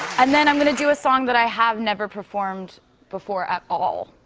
and then i'm gonna do a song that i have never performed before at all,